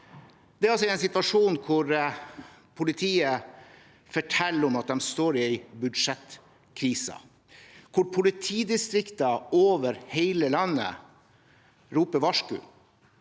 Det skjer altså i en situasjon hvor politiet forteller at de står i en budsjettkrise, hvor politidistrikter over hele landet roper varsku,